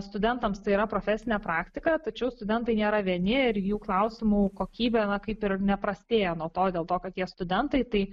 studentams tai yra profesinė praktika tačiau studentai nėra vieni ir jų klausimų kokybė kaip ir neprastėja nuo to dėl to kad jie studentai tai